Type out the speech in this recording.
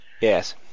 Yes